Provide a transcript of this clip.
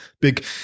Big